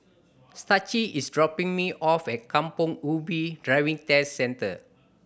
Staci is dropping me off at Kampong Ubi Driving Test Centre